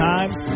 Times